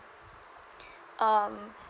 um